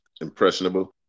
Impressionable